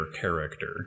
character